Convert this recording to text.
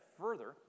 further